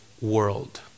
world